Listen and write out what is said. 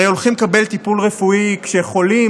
הרי הולכים לקבל טיפול רפואי כשחולים,